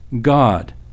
God